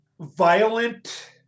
violent